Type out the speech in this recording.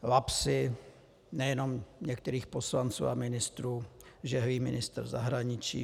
Lapsy, nejenom některých poslanců a ministrů, žehlí ministr zahraničí.